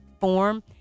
form